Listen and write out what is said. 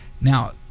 Now